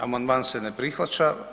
Amandman se ne prihvaća.